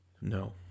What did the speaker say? No